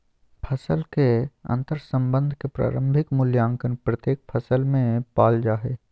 फसल के अंतर्संबंध के प्रारंभिक मूल्यांकन प्रत्येक फसल में पाल जा हइ